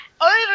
over